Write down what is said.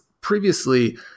previously